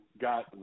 got